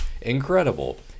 incredible